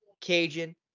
Cajun